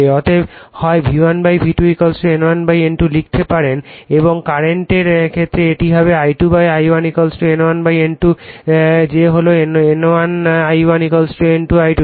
অতএব হয় V1 V2 N1 N2 লিখতে পারেন বা কারেন্টের ক্ষেত্রে এটি হবে I2 I1 N1 N2 যে হল N1 I1 N2 I2